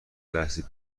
لحظه